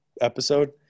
episode